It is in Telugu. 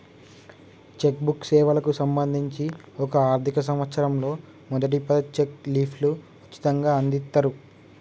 చెక్ బుక్ సేవలకు సంబంధించి ఒక ఆర్థిక సంవత్సరంలో మొదటి పది చెక్ లీఫ్లు ఉచితంగ అందిత్తరు